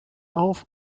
auf